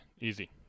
easy